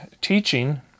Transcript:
teaching